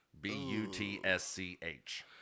B-U-T-S-C-H